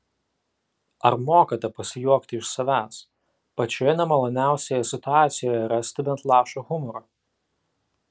ar mokate pasijuokti iš savęs pačioje nemaloniausioje situacijoje rasti bent lašą humoro